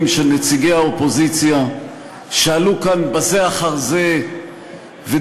של נציגי האופוזיציה שעלו כאן זה אחר זה ודיברו,